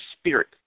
Spirit